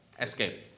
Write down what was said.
escape